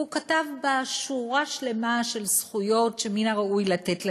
והוא כתב בה שורה שלמה של זכויות שמן הראוי לתת לילדים.